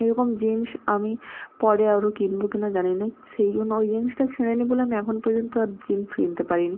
এরকম জিন্স আমি পরে আরও কিনবো কিনা জানি না সেই জন্য ওই জিন্সটা ছেঁড়ে নি বলে আমি এখন পর্যন্ত আর জিন্স কিনতে পারি নি